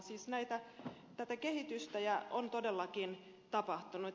siis tätä kehitystä on todellakin tapahtunut